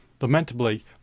Lamentably